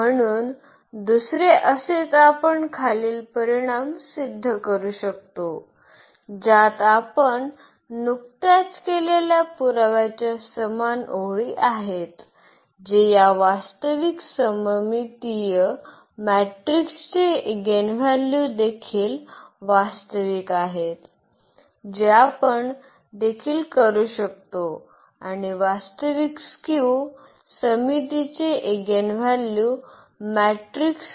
म्हणूनच दुसरे असेच आपण खालील परीणाम सिद्ध करू शकतो ज्यात आपण नुकत्याच केलेल्या पुराव्याच्या समान ओळी आहेत जे या वास्तविक सममितीय मॅट्रिक्सचे एगेनव्हॅल्यू देखील वास्तविक आहेत जे आपण देखील करू शकतो आणि वास्तविक स्क्यू सममितीचे एगेनव्हॅल्यू मॅट्रिक्स